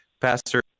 Pastor